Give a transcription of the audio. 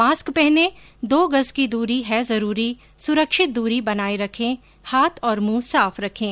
mask पहनें दो गज़ की दूरी है जरूरी सुरक्षित दूरी बनाए रखें हाथ और मुंह साफ रखें